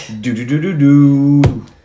Do-do-do-do-do